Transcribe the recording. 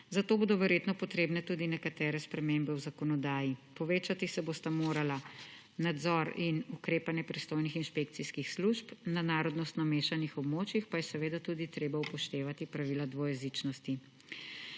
zato bodo verjetno potrebne tudi nekatere spremembe v zakonodaji. Povečati se bosta morala nadzor in ukrepanje pristojnih inšpekcijskih služb. Na narodnost mešanih območjih pa je seveda tudi treba upoštevati pravila dvojezičnosti.